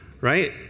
right